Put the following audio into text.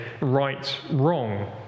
right-wrong